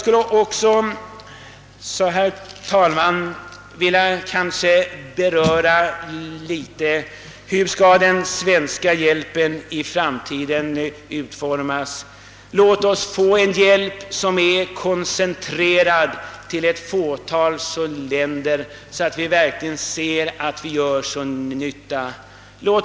skulle också, herr talman, vilja beröra frågan om hur den svenska hjälpen i framtiden skall utformas. Låt oss få en hjälp som är koncentrerad till ett fåtal länder. Låt oss inte bygga några lyxsjukhus o.s.v.!